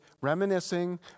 reminiscing